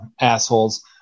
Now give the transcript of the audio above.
assholes